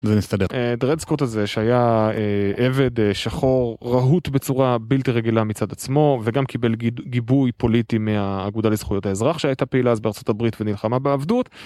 זה נסתדר. דרדסקוט הזה שהיה עבד שחור רהוט בצורה בלתי רגילה מצד עצמו וגם קיבל גיבוי פוליטי מהאגודה לזכויות האזרח שהייתה פעילה אז בארצות הברית ונלחמה בעבדות.